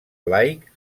laic